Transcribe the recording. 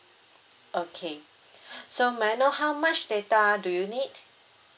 okay so may I know how much data do you need